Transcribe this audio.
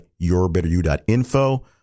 yourbetteryou.info